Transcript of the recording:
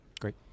great